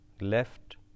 left